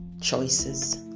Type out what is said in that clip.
Choices